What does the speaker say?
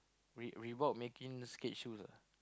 we we bought Makin skate shoes ah